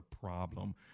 problem